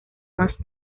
más